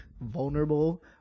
vulnerable